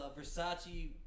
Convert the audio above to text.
Versace